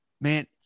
man